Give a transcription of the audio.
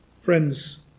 Friends